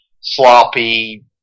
sloppy